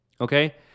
Okay